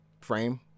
frame